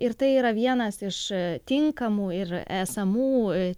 ir tai yra vienas iš tinkamų ir esamų